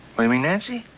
oh, you mean nancy?